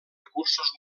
recursos